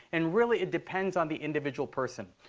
and really, it depends on the individual person.